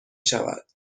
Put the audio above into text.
شود